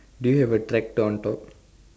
do you have a tractor on top